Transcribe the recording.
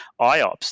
IOPS